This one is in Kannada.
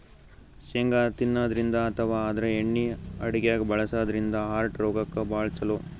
ಶೇಂಗಾ ತಿನ್ನದ್ರಿನ್ದ ಅಥವಾ ಆದ್ರ ಎಣ್ಣಿ ಅಡಗ್ಯಾಗ್ ಬಳಸದ್ರಿನ್ದ ಹಾರ್ಟ್ ರೋಗಕ್ಕ್ ಭಾಳ್ ಛಲೋ